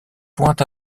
point